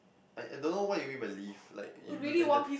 I I don't know why you mean by leaf like you like the